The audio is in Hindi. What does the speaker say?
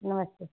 नमस्ते